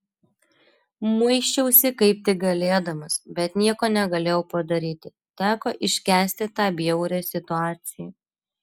muisčiausi kaip tik galėdamas bet nieko negalėjau padaryti teko iškęsti tą bjaurią situaciją